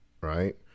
right